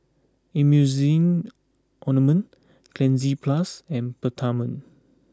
Emulsying Ointment Cleanz Plus and Peptamen